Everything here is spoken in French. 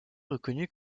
reconnu